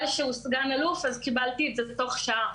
שהוא סגן-אלוף אז קיבלתי את זה בתוך שעה.